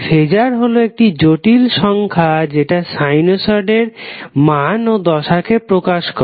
phasor হলো একটি জটিল সংখ্যা যেটা সাইনোসডের মান ও দশা প্রকাশ করে